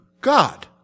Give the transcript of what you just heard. God